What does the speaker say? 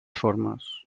formes